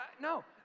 No